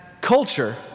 culture